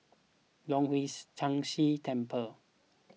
Leong Hwa Chan Si Temple